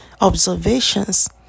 observations